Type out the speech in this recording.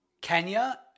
Kenya